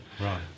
Right